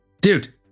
dude